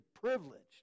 privileged